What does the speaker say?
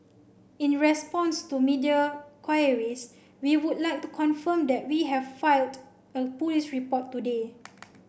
in response to media queries we would like to confirm that we have filed a police report today